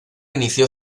inició